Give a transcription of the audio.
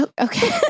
Okay